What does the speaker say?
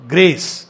Grace